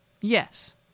Yes